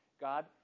God